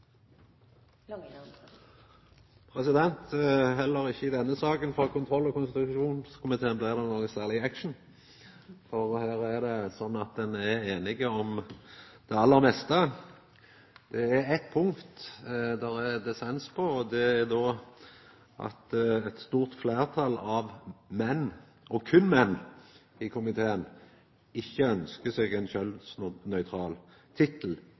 vedtatt. Heller ikkje i denne saka frå kontroll- og konstitusjonskomiteen blir det noko særleg action, for her er det sånn at ein er einig om det aller meste. Det er eitt punkt det er dissens på, og det er at eit stort fleirtal av menn i komiteen – og berre menn – ikkje ønskjer ein kjønnsnøytral tittel